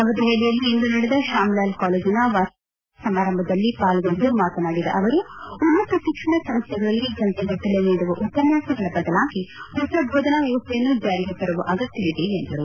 ನವದೆಹಲಿಯಲ್ಲಿಂದು ನಡೆದ ಶಾಮ್ಲಾಲ್ ಕಾಲೇಜಿನ ವಾರ್ಷಿಕ ಬಹುಮಾನ ವಿತರಣಾ ಸಮಾರಂಭದಲ್ಲಿ ಪಾಲ್ಗೊಂಡು ಮಾತನಾಡಿದ ಅವರು ಉನ್ನತ ಶಿಕ್ಷಣ ಸಂಸ್ವೆಗಳಲ್ಲಿ ಗಂಟೆಗಟ್ಟಲೆ ನೀಡುವ ಉಪನ್ಯಾಸಗಳ ಬದಲಾಗಿ ಹೊಸ ಬೋಧನಾ ವ್ಯವಸ್ವೆಯನ್ನು ಜಾರಿಗೆ ತರುವ ಅಗತ್ತವಿದೆ ಎಂದರು